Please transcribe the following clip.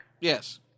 Yes